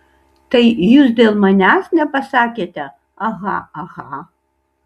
tai jūs dėl manęs nepasakėte aha aha